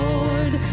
Lord